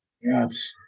Yes